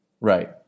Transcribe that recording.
Right